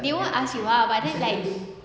they won't ask you ah but then like